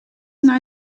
nei